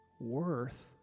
worth